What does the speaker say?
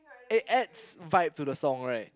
it adds vibe to the song right